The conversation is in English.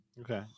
Okay